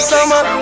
Summer